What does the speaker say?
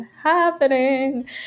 happening